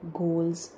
goals